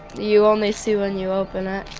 you only see when you open ah